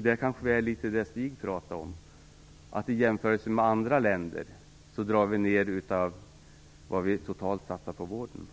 Detta är litet av det som Stig Sandström talade om. Jämfört med andra länder drar vi ned på det som vi totalt satsar på vården.